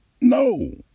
no